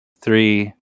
three